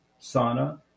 sauna